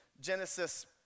Genesis